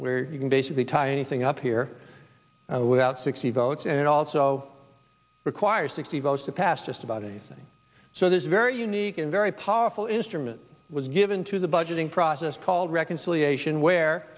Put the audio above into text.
where you can basically tie anything up here without sixty votes and also require sixty votes to pass just about anything so this very unique and very powerful instrument was given to the budgeting process called reconciliation where